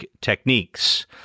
techniques